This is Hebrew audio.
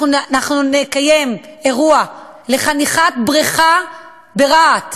אנחנו נקיים אירוע לחניכת בריכה ברהט,